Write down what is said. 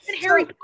Harry